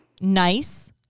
nice